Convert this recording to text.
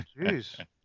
jeez